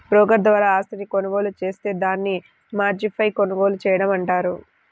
broker ద్వారా ఆస్తిని కొనుగోలు జేత్తే దాన్ని మార్జిన్పై కొనుగోలు చేయడం అంటారు